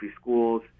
schools